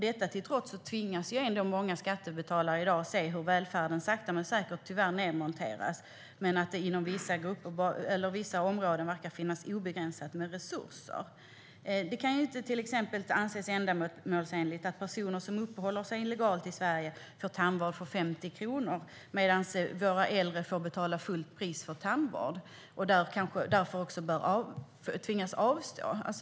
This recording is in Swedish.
Detta till trots tvingas många skattebetalare i dag se hur välfärden sakta men säkert tyvärr nedmonteras men att det inom vissa områden verkar finnas obegränsat med resurser. Det kan till exempel inte anses ändamålsenligt att personer som uppehåller sig illegalt i Sverige får tandvård för 50 kronor medan våra äldre får betala fullt pris och därför tvingas avstå.